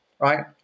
right